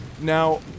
Now